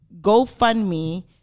GoFundMe